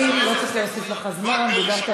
אתה מציג את זה בצורה כזאת, אני מציג.